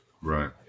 Right